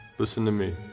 listen to me.